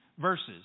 verses